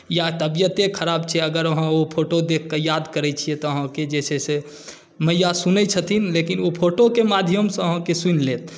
या तबियते खराब छै अगर अहाँ ओ फोटो देखि कऽ याद करैत छियै तऽ अहाँकेँ जे छै से मैया सुनैत छथिन लेकिन ओ फोटोके माध्यमसँ अहाँकेँ सुनि लेत